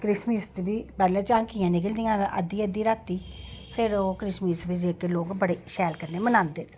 ते क्रिसमस च बी पैह्ले झांकियां निकलदियां अद्धी अद्धी राती फिर ओह् क्रिसमस बी जेह्के लोक बड़े शैल कन्नै मनांदे